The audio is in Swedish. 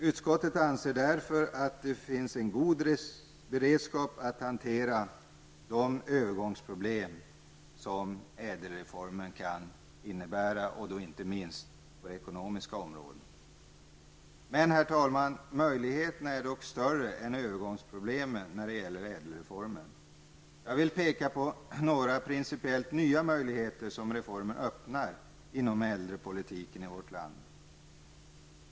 Utskottet anser därför att det finns en god beredskap för att hantera de övergångsproblem som ÄDEL-reformen kan innebära, inte minst på det ekonomiska området. Herr talman! Möjligheterna är dock större än övergångsproblemen när det gäller ÄDEL reformen. Jag vill peka på några principiellt nya möjligheter som reformen öppnar inom äldrepolitiken i vårt land.